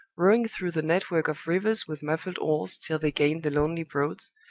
rowing through the net-work of rivers with muffled oars till they gained the lonely broads,